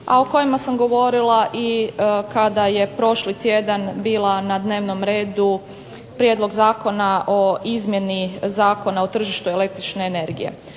a o kojima sam govorila kada je prošli tjedan bila na dnevnom redu Prijedlog zakona o izmjeni Zakona o tržištu električne energije.